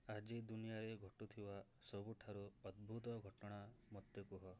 ଆଜି ଦୁନିଆରେ ଘଟୁଥିବା ସବୁଠାରୁ ଅଦ୍ଭୁତ ଘଟଣା ମୋତେ କୁହ